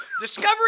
Discovery